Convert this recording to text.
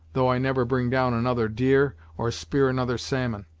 though i never bring down another deer, or spear another salmon.